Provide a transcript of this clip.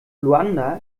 luanda